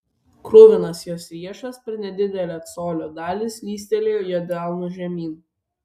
kruvinas jos riešas per nedidelę colio dalį slystelėjo jo delnu žemyn